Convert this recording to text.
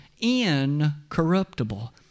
incorruptible